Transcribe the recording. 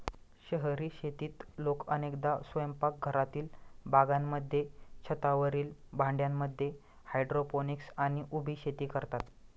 शहरी शेतीत लोक अनेकदा स्वयंपाकघरातील बागांमध्ये, छतावरील भांड्यांमध्ये हायड्रोपोनिक्स आणि उभी शेती करतात